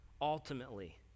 ultimately